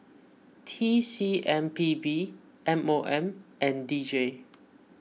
T C M P B M O M and D J